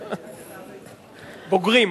בוגרים,